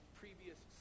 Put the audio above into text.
previous